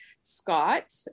Scott